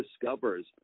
discovers